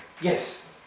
Yes